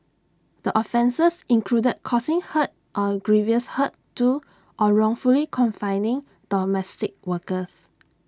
the offences included causing hurt or grievous hurt to or wrongfully confining domestic workers